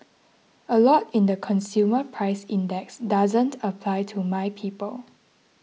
a lot in the consumer price index doesn't apply to my people